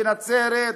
בנצרת,